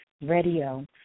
Radio